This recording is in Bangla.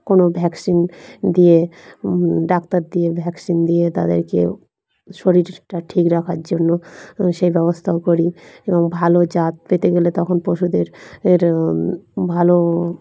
কোনো ভ্যাকসিন দিয়ে ডাক্তার দিয়ে ভ্যাকসিন দিয়ে তাদেরকে শরীরটা ঠিক রাখার জন্য সেই ব্যবস্থাও করি এবং ভালো জাত পেতে গেলে তখন পশুদের এর ভালো